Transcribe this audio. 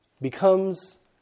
becomes